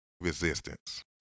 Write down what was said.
resistance